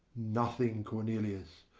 nothing, cornelius.